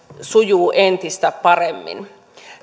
sujuu entistä paremmin